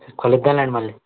కలుద్దాంలేండి మళ్ళీ